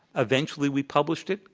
eventually, we published it.